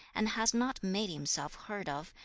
and has not made himself heard of,